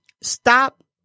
stop